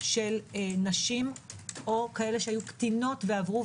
של נשים או כאלה שהיו קטינות ועברו,